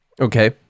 Okay